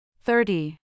Thirty